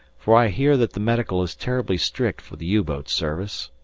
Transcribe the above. for i hear that the medical is terribly strict for the u-boat service.